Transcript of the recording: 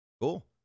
Cool